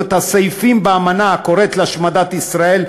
את הסעיפים באמנה הקוראים להשמדת ישראל,